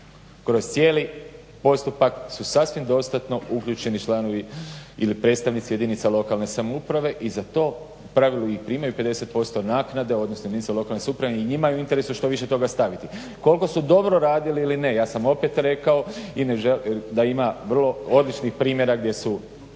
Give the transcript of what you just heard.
kroz cijeli postupak su sasvim dostatno uključeni članovi ili predstavnici jedinica lokalne samouprave i za to u pravilu i primaju 50% naknade odnosno jedinice lokalne samouprave. I njima je u interesu što više toga staviti. Koliko su dobro radili ili ne ja sam opet rekao da ima vrlo odličnih primjera gdje je